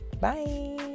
Bye